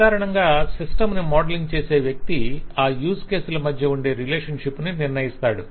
సాధారణంగా సిస్టం ను మోడలింగ్ చేసే వ్యక్తి ఆ యూస్ కేసుల మధ్య ఉండే రిలేషన్షిప్ ని నిర్ణయిస్తాడు